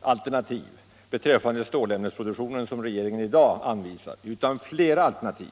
alternativ beträffande stålämnesproduktionen, som regeringen i dag anvisar, utan flera alternativ.